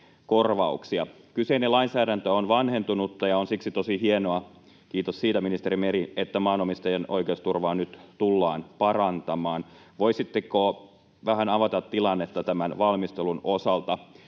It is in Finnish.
korvauksia. Kyseinen lainsäädäntö on vanhentunutta, ja on siksi tosi hienoa — kiitos siitä, ministeri Meri — että maanomistajien oikeusturvaa nyt tullaan parantamaan. Voisitteko vähän avata tilannetta tämän valmistelun osalta?